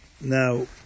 Now